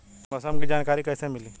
मौसम के जानकारी कैसे मिली?